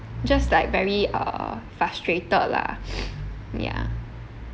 just like very uh frustrated lah ya